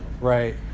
Right